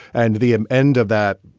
and the um end of that